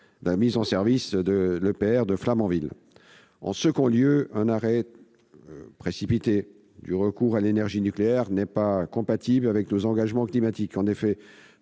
la mise en service de l'EPR de Flamanville. En deuxième lieu, un arrêt précipité du recours à l'énergie nucléaire n'est pas compatible avec nos engagements climatiques.